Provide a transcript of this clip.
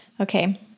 Okay